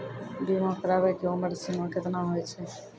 बीमा कराबै के उमर सीमा केतना होय छै?